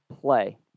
play